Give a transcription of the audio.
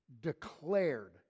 declared